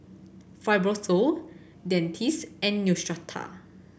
Fibrosol Dentiste and Neostrata